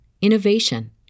innovation